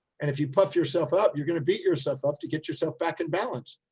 and if you puff yourself up, you're going to beat yourself up to get yourself back in balance.